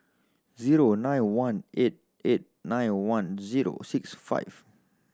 zero nine one eight eight nine one zero six five